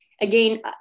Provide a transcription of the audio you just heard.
again